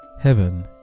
heaven